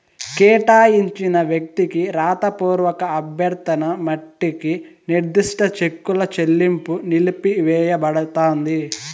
కేటాయించిన వ్యక్తికి రాతపూర్వక అభ్యర్థన మట్టికి నిర్దిష్ట చెక్కుల చెల్లింపు నిలిపివేయబడతాంది